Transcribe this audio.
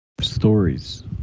stories